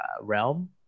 realm